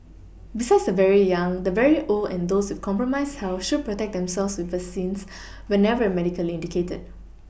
besides the very young the very old and those with compromised health should protect themselves with vaccines whenever medically indicated